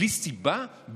בלי סיבה?